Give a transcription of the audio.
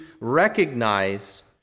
recognize